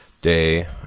Day